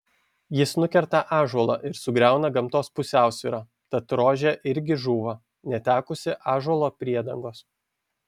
jis nukerta ąžuolą ir sugriauna gamtos pusiausvyrą tad rožė irgi žūva netekusi ąžuolo priedangos